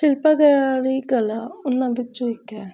ਸ਼ਿਲਪਕਾਰੀ ਕਲਾ ਉਹਨਾਂ ਵਿੱਚੋਂ ਇੱਕ ਹੈ